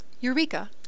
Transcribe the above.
Eureka